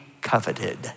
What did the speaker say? coveted